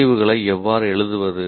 விளைவுகளை எவ்வாறு எழுதுவது